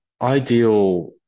Ideal